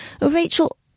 Rachel